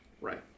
Right